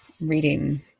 reading